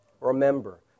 Remember